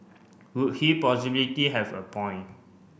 would he possibility have a point